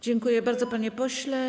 Dziękuję bardzo, panie pośle.